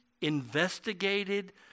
investigated